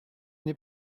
n’ai